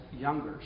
younger